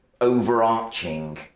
overarching